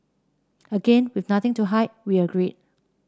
again with nothing to hide we agreed